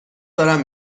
دارم